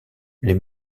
les